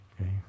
okay